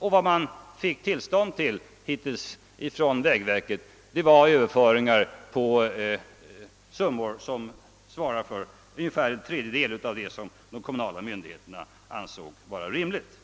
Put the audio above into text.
Vad vägverket hittills har gett tillstånd till är överföringar av summor som svarar mot ungefär en tredjedel av vad de kommunala myndigheterna har ansett vara rimligt,